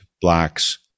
blacks